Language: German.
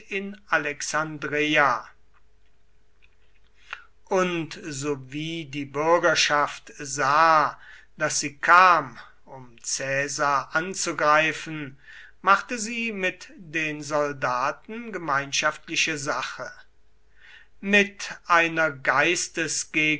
in alexandreia und sowie die bürgerschaft sah daß sie kam um caesar anzugreifen machte sie mit den soldaten gemeinschaftliche sache mit einer